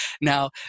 Now